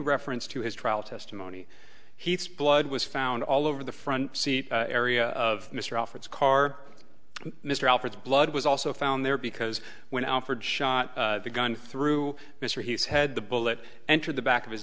reference to his trial testimony heats blood was found all over the front seat area of mr office car mr alford's blood was also found there because when alford shot the gun through mr his head the bullet entered the back of his